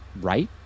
right